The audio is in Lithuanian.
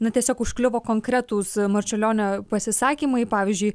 na tiesiog užkliuvo konkretūs marčiulionio pasisakymai pavyzdžiui